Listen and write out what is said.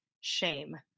shame